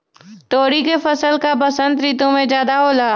तोरी के फसल का बसंत ऋतु में ज्यादा होला?